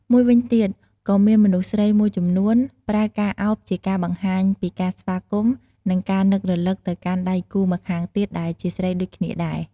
មួយវិញទៀត ក៏មានមនុស្សស្រីមួយចំនួនប្រើការឱបជាការបង្ហាញពីការស្វាគមន៍ និងការនឹករឭកទៅកាន់ដៃគូម្ខាងទៀតដែលជាស្រីដូចគ្នាដែរ។